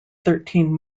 thirteen